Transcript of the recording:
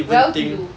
well to do